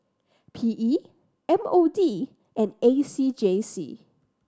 P E M O D and A C J C